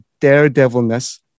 daredevilness